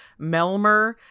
melmer